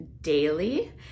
daily